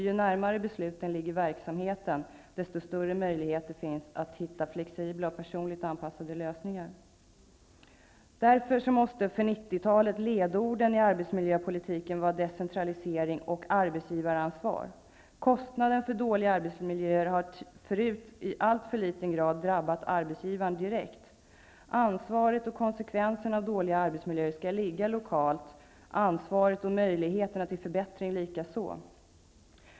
Ju närmare besluten ligger verksamheten, desto större möjligheter finns att hitta flexibla och personligt anpassade lösningar. Ledorden i arbetsmiljöpolitiken för 90-talet måste vara decentralisering och arbetsgivaransvar. Kostnaderna för dåliga arbetsmiljöer har tidigare i allt för liten grad drabbat arbetsgivaren direkt. Ansvaret för och konsekvenserna av dåliga arbetsmiljöer skall finnas lokalt. Det gäller även ansvaret för och möjligheterna till förbättring.